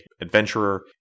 adventurer